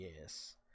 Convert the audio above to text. Yes